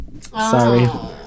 Sorry